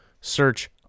Search